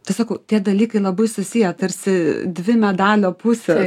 tai sakau tie dalykai labai susiję tarsi dvi medalio pusė